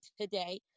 today